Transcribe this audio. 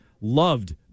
Loved